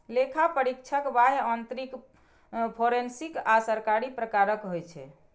लेखा परीक्षक बाह्य, आंतरिक, फोरेंसिक आ सरकारी प्रकारक होइ छै